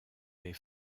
des